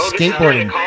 Skateboarding